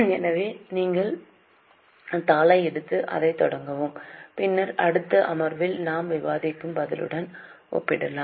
எனவே நீங்கள் தாளை எடுத்து அதைத் தொடரும் பின்னர் அடுத்த அமர்வில் நாம் விவாதிக்கும் பதிலுடன் ஒப்பிடலாம்